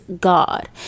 God